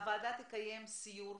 הוועדה תקיים סיור.